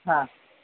হ্যাঁ